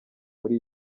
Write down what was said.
muri